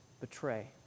betray